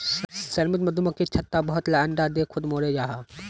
श्रमिक मधुमक्खी छत्तात बहुत ला अंडा दें खुद मोरे जहा